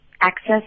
access